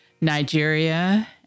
Nigeria